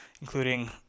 including